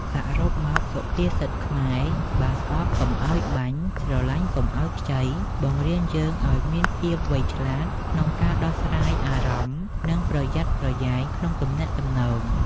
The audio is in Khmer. សរុបមក សុភាសិតខ្មែរ "បើស្អប់កុំឲ្យបាញ់ ស្រឡាញ់កុំឲ្យខ្ចី" បង្រៀនយើងឲ្យមានភាពវៃឆ្លាតក្នុងការដោះស្រាយអារម្មណ៍ និងប្រយ័ត្នប្រយែងក្នុងទំនាក់ទំនង។